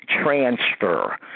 transfer